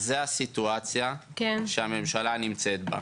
זו הסיטואציה שהממשלה נמצאת בה.